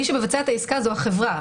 מי שמבצע את העסקה זו החברה.